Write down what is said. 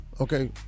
Okay